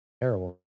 Terrible